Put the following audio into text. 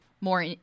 more